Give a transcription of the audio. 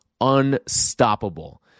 unstoppable